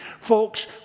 Folks